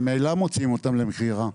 ממילא מוציאים אותם למכירה.